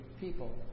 people